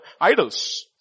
idols